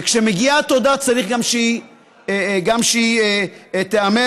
וכשמגיעה תודה צריך שהיא גם תיאמר.